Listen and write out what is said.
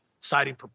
citing